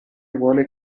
vuole